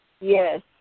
Yes